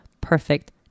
perfect